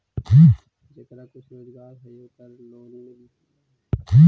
जेकरा कुछ रोजगार है ओकरे लोन मिल है?